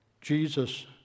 Jesus